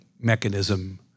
mechanism